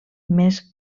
més